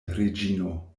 reĝino